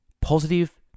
positive